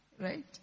right